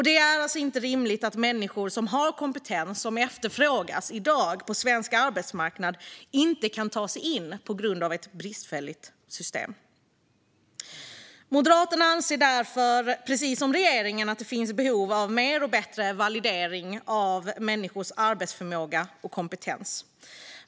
Det är inte rimligt att människor som har kompetens som efterfrågas i dag på svensk arbetsmarknad inte kan ta sig in på grund av ett bristfälligt system. Moderaterna anser därför, precis som regeringen, att det finns behov av mer och bättre validering av människors arbetsförmåga och kompetens.